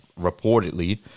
reportedly